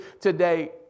today